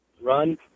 run